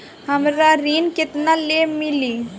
हमरा ऋण केतना ले मिली?